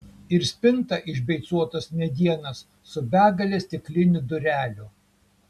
ir spinta iš beicuotos medienos su begale stiklinių durelių